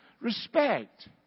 Respect